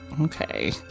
Okay